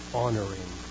honoring